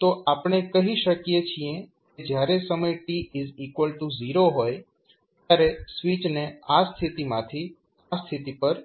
તો આપણે કહી શકીએ છીએ કે જ્યારે સમય t0 હોય ત્યારે સ્વીચને આ સ્થિતિમાંથી આ સ્થિતિ પર